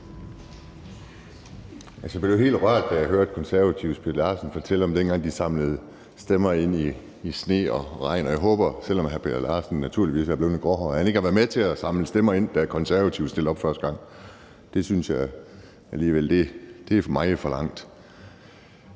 Jeg blev helt rørt, da jeg hørte Konservatives Per Larsen fortælle om, dengang de samlede underskrifter ind i sne og regn, og jeg håber, at hr. Per Larsen, selv om han naturligvis er blevet lidt gråhåret, ikke var med til at samle underskrifter ind, da Konservative stillede op første gang. Det synes jeg alligevel ville være for meget forlangt.